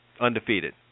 undefeated